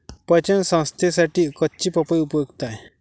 पचन संस्थेसाठी कच्ची पपई उपयुक्त आहे